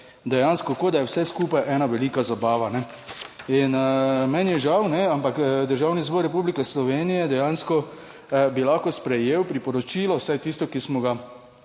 dejansko kot da je vse skupaj ena velika zabava. In meni je žal, ampak Državni zbor Republike Slovenije dejansko bi lahko sprejel priporočilo vsaj tisto, ki smo ga